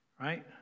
right